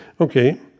Okay